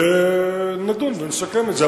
ונדון ונסכם את זה.